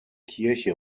kirche